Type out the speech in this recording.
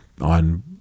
on